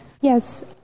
Yes